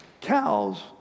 cows